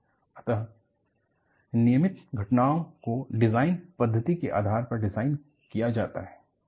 अतः नियमित घटकों को डिज़ाइन पद्धति के आधार पर डिज़ाइन किया जाता है